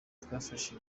twafashe